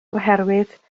oherwydd